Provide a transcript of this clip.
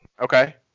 Okay